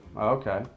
okay